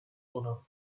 owner